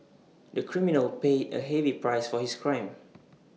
the criminal paid A heavy price for his crime